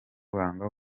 banga